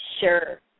sure